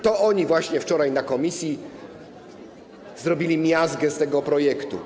To oni właśnie wczoraj w komisji zrobili miazgę z tego projektu.